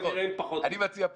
פחות.